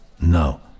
No